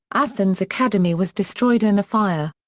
athens academy was destroyed in a fire.